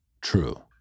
true